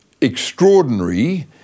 extraordinary